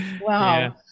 Wow